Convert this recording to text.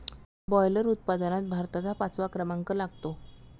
boiler उत्पादनात भारताचा पाचवा क्रमांक लागतो